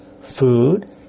food